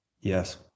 Yes